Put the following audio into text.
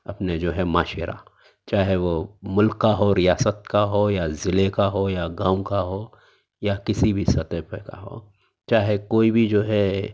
اپنے جو ہے معاشرہ چاہے وہ ملک کا ہو ریاست کا ہو یا ضلعے کا ہو یا گاؤں کا ہو یا کسی بھی سطح پر رہا ہو چاہے کوئی بھی جو ہے